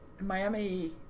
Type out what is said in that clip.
Miami